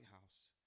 House